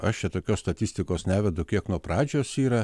aš čia tokios statistikos nevedu kiek nuo pradžios yra